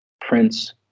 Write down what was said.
Prince